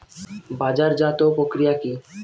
বাজারজাতও প্রক্রিয়া কি?